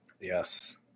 Yes